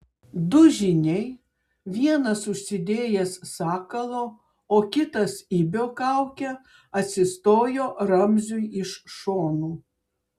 du žyniai vienas užsidėjęs sakalo o kitas ibio kaukę atsistojo ramziui iš šonų